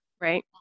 right